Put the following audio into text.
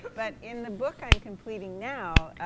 but in the book i'm completing now,